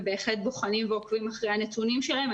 בהחלט בוחנים ועוקבים אחרי הנתונים שלהן,